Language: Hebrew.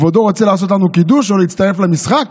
כבודו רוצה לעשות לנו קידוש או להצטרף למשחק?